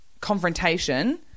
confrontation